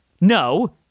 No